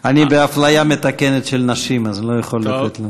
אני באפליה מתקנת של נשים, אז אני לא יכול לתת.